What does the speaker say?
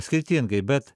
skirtingai bet